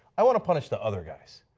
i want to punish the other guys.